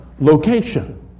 location